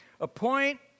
appoint